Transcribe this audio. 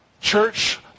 Church